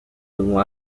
avons